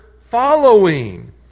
following